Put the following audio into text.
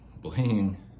Bling